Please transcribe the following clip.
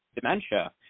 dementia